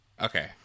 Okay